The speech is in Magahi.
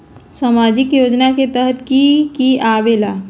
समाजिक योजना के तहद कि की आवे ला?